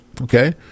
Okay